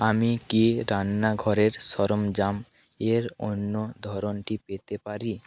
আমি কি রান্নাঘরের সরঞ্জামের অন্য ধরনটি পেতে পারি